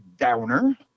downer